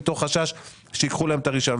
מתוך חשש שייקחו להם את הרישיון.